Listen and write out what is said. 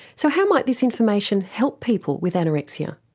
so how might this information help people with anorexia?